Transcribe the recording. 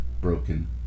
Broken